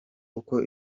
uko